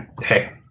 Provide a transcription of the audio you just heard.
hey